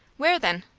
where then?